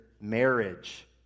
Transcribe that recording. marriage